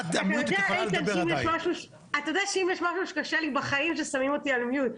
אם יש משהו שקשה לי בחיים, ששמים אותי על מיוט,